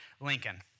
Lincoln